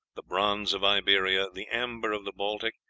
the bronze of iberia, the amber of the baltic,